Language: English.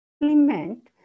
implement